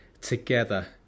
together